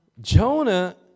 Jonah